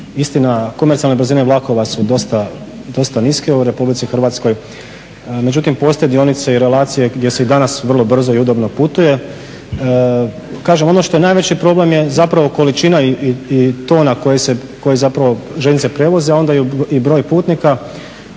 Istina, komercijalne brzine vlakova su dosta niske u RH, međutim postoje dionice i relacije gdje se i danas vrlo brzo i udobno putuje. Kažem, ono što je najveći problem je zapravo količina i tona koje zapravo željeznice prijevoze, a onda i broj putnika,